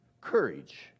courage